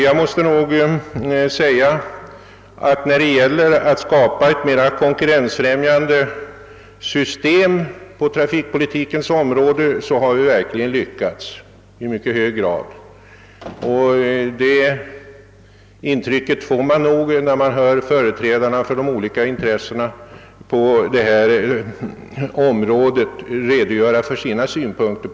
Vad beträffar skapandet av ett mera konkurrensfrämjande system på trafikens område har vi verkligen lyckats i mycket hög grad, det märker man när man lyssnar på företrädarna för olika trafinintressen, när de redogör för sina synpunkter.